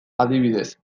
adibidez